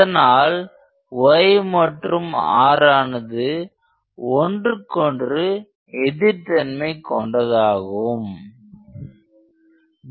அதனால் y மற்றும் r ஆனது ஒன்றுக்கொன்று எதிர் தன்மை கொண்டது